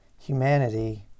humanity